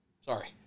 Sorry